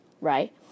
right